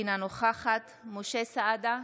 אינה נוכחת משה סעדה,